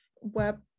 Web